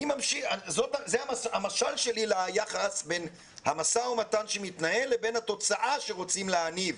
זה המשל שלי ליחס בין המשא ומתן שמתנהל לבין התוצאה שרוצים להניב,